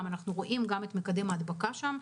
אנחנו רואים גם את מקדם ההדבקה שם,